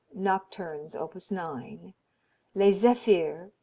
nocturnes op. nine les zephirs,